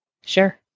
Sure